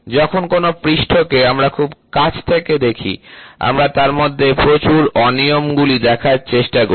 যখন কোন পৃষ্ঠকে আমরা খুব কাছ থেকে দেখি আমরা তার মধ্যে প্রচুর অনিয়মগুলি দেখার চেষ্টা করি